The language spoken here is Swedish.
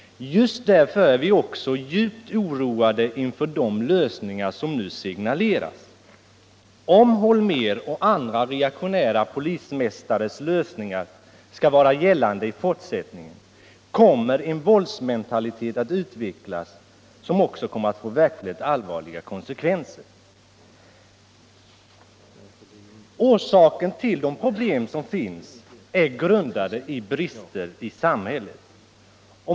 Just därför är vi också djupt oroade inför de lösningar som nu signaleras. Om Holmérs och andra reaktionära polismästares lösningar skall vara gällande i fortsättningen kommer en våldsmentalitet att utvecklas som också kommer att få verkligt allvarliga konsekvenser. De problem som finns är grundade på brister i samhället.